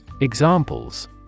Examples